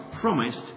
promised